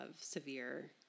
severe